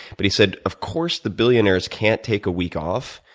but he said of course the billionaires can't take a week off,